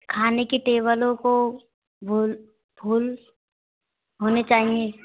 खाने की टेबलों को बूल फूल होने चाहिए